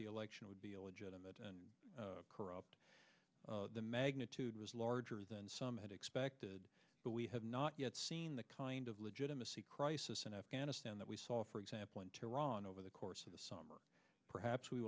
the election would be illegitimate and corrupt the magnitude was larger than some had expected but we have not yet seen the kind of legitimacy crisis in afghanistan that we saw for example in tehran over the course of the summer perhaps we